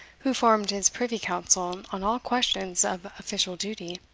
who formed his privy council on all questions of official duty.